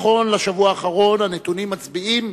נכון לשבוע האחרון הנתונים מצביעים